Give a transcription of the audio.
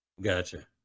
gotcha